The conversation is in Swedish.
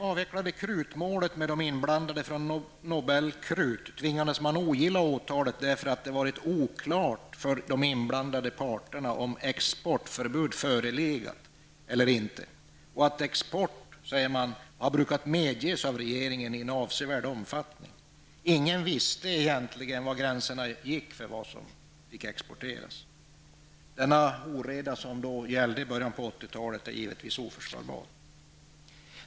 Nobel Krut, tvingades man ogilla åtalet eftersom det hade varit oklart för de inblandade parterna om exportförbud förelegat eller inte. Man har sagt att export har medgetts av regeringen i avsevärd omfattning. Ingen visste egentligen var gränsen gick för vad som fick exporteras. Denna oreda som gällde i början av 80-talet är givetvis oförsvarbar.